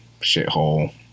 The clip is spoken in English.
shithole